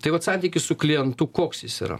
tai vat santykis su klientu koks jis yra